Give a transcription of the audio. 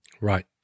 Right